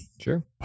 Sure